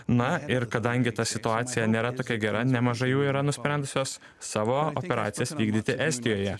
na ir kadangi ta situacija nėra tokia gera nemažai jų yra nusprendusios savo operacijas vykdyti estijoje